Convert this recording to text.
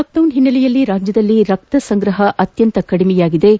lockdown ಹಿನ್ನೆಲೆಯಲ್ಲಿ ರಾಜ್ಯದಲ್ಲಿ ರಕ್ತ ಸಂಗ್ರಪ ಅತ್ಯಂತ ಕಡಿಮೆಯಾಗಿದ್ದು